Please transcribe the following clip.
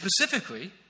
specifically